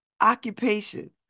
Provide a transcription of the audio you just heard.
occupation